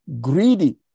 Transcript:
greedy